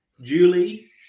julie